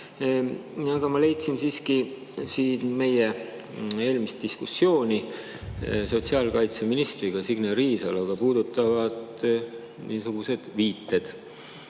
aga ma leidsin siiski meie eelmist diskussiooni sotsiaalkaitseminister Signe Riisaloga puudutavad viited.